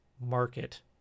market